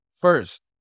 First